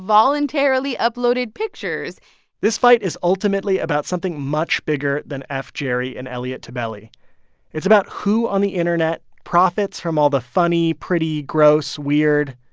voluntarily uploaded pictures this fight is ultimately about something much bigger than f jerry and elliot tebele. it's about who on the internet profits from all the funny, pretty, gross, weird,